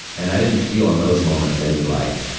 and i didn't feel, in those moments, any, like,